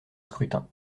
scrutin